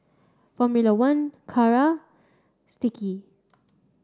Formula One Kara Sticky